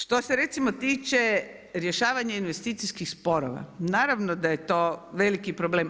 Što se recimo tiče rješavanja investicijskih sporova naravno da je to veliki problem.